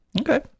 Okay